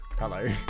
Hello